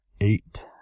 eight